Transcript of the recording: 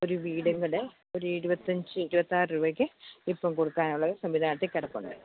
ഒരു വീടും കൂടെ ഒരു ഇരുപത്തഞ്ച് ഇരുപത്താറ് രൂപയ്ക്ക് ഇപ്പോൾ കൊടുക്കാനുള്ള സംവിധാനത്തിൽ കിടപ്പുണ്ട്